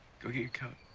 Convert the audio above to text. go get your coat.